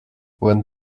when